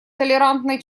толерантной